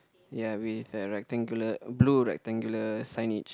ya with a rectangular blue rectangular signage